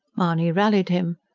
mahony rallied him.